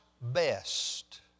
best